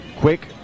Quick